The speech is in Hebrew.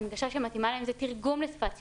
ההנגשה שמתאימה להם היא תרגום לשפת סימנים.